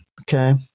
Okay